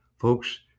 folks